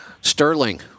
Sterling